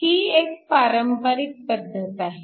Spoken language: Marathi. ही एक पारंपरिक पद्धत आहे